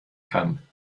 kann